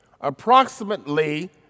approximately